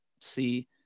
see